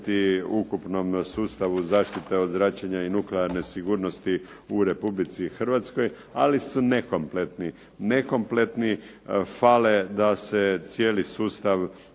ukupnom sustavu zaštite od zračenja i nuklearne sigurnosti u Republici Hrvatskoj. Ali su nekompletni. Nekompletni, fale da se cijeli sustav zaokruži.